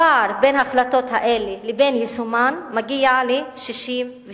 הפער בין החלטות אלה לבין יישומן מגיע ל-66%,